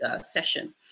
session